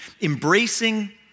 Embracing